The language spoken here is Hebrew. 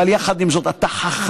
אבל יחד עם זאת, אתה חכם,